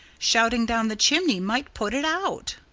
shouting down the chimney might put it out.